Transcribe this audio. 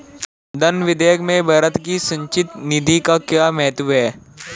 धन विधेयक में भारत की संचित निधि का क्या महत्व है?